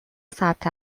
ثبت